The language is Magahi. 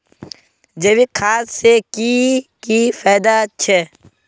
जैविक खाद से की की फायदा छे?